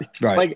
right